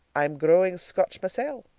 i'm growing scotch mysel'!